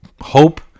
hope